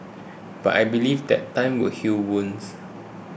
but I believe that time will heal wounds